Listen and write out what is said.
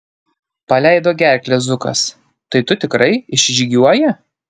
paleido gerklę zukas tai tu tikrai išžygiuoji